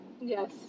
yes